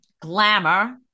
glamour